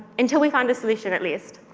until we found a solution, at least.